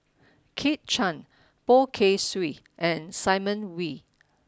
Kit Chan Poh Kay Swee and Simon Wee